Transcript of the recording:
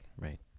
Right